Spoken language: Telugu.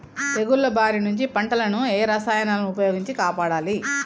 తెగుళ్ల బారి నుంచి పంటలను ఏ రసాయనాలను ఉపయోగించి కాపాడాలి?